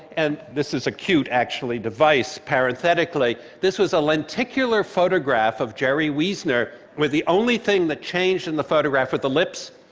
and this is a cute, actually, device, parenthetically. this was a lenticular photograph of jerry wiesner where the only thing that changed in the photograph were the lips.